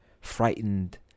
frightened